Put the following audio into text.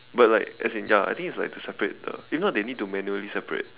but like as in ya I think it's like to separate the if not they need to manually separate